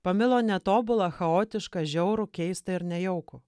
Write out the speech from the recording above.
pamilo netobulą chaotišką žiaurų keistą ir nejaukų